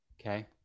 Okay